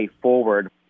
forward